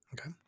Okay